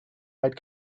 might